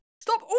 Stop